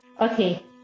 Okay